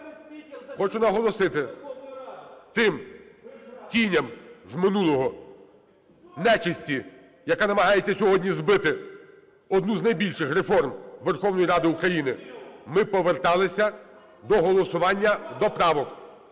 хочу наголосити тим тіням з минулого, нечисті, яка намагається сьогодні збити одну з найбільших реформ Верховної Ради України. Ми поверталися до голосування до правок,